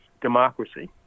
democracy